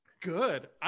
Good